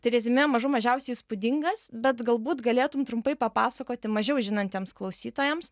tai reziumė mažų mažiausiai įspūdingas bet galbūt galėtum trumpai papasakoti mažiau žinantiems klausytojams